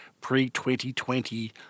pre-2020